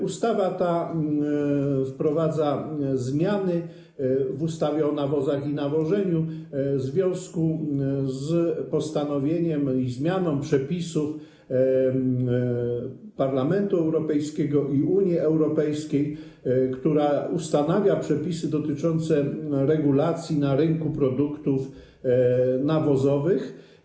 Ustawa ta wprowadza zmiany w ustawie o nawozach i nawożeniu w związku z postanowieniem i zmianą przepisów zawartych w rozporządzeniu Parlamentu Europejskiego i Rady Unii Europejskiej, które ustanawia przepisy dotyczące regulacji na rynku produktów nawozowych.